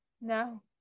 no